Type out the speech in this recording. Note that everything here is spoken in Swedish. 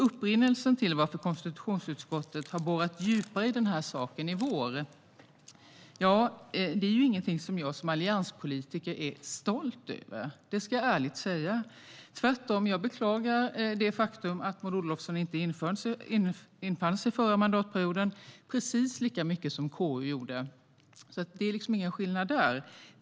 Upprinnelsen till varför konstitutionsutskottet har borrat djupare i den här saken i vår är ingenting som jag som allianspolitiker är stolt över, det ska jag ärligt säga. Tvärtom beklagar jag, precis lika mycket som KU gjorde det, det faktum att Maud Olofsson inte infann sig när hon kallades under förra mandatperioden. Det är alltså ingen skillnad där.